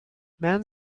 man